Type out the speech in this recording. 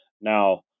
Now